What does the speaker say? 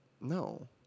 No